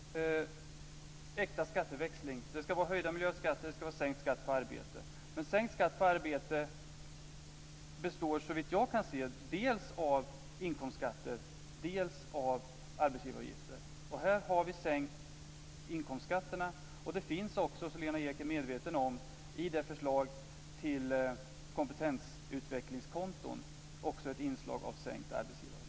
Herr talman! Vad gäller äkta skatteväxling ska det vara höjda miljöskatter och sänkt skatt på arbete. Men sänkningen av skatten på arbete gäller såvitt jag kan se dels inkomstskatter, dels arbetsgivaravgifter. Här har vi sänkt inkomstskatterna. Det finns också, som Lena Ek är medveten om, i förslaget om kompetensutvecklingskonton ett inslag av sänkt arbetsgivaravgift.